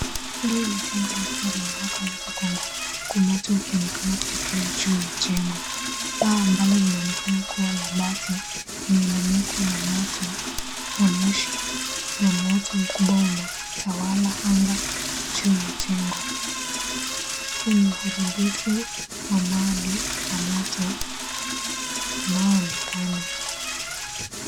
Hili ni jengo likiwa linawaka moto kwa nguvu. Huku moto ukionekana kutokea juu ya jengo. Paa ambalo linaonekana kuwa ya bati limeminikwa na moto na moshi. Na moto mkubwa unatawala anga juu ya jengo. Huu ni uharibifu wa mali na moto unaoonekana.